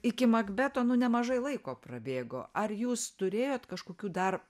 iki makbeto nu nemažai laiko prabėgo ar jūs turėjot kažkokių dar